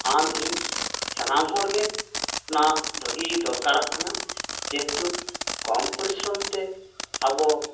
ᱟᱢᱼᱤᱧ ᱥᱟᱱᱟᱢ ᱦᱚᱲᱜᱮ ᱚᱱᱟ ᱵᱷᱟᱹᱜᱤ ᱫᱚᱨᱠᱟᱨᱚᱜ ᱠᱟᱱᱟ ᱡᱮᱦᱮᱛᱩ ᱠᱚᱢ ᱯᱚᱨᱤᱥᱨᱚᱢᱛᱮ ᱟᱵᱚ